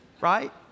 right